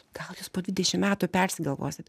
gal jūs po dvidešim metų persigalvosit